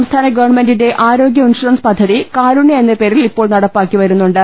സംസ്ഥാന ഗവൺമെന്റിന്റെ ആരോഗ്യ ഇൻഷൂറൻസ് പദ്ധതി കാരുണ്യ എന്ന പേരിൽ ഇപ്പോൾ നടപ്പാക്കിവരുന്നുണ്ട്